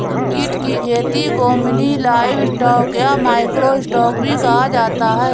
कीट की खेती को मिनी लाइवस्टॉक या माइक्रो स्टॉक भी कहा जाता है